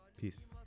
Peace